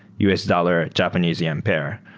u s, dollar, japanese yen pair.